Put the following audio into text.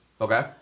Okay